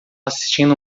assistindo